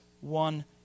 one